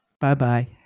Bye-bye